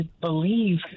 believe